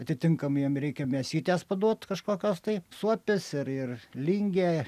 atitinkamai jiem reikia mėsytės paduot kažkokios tai suopis ir ir lingė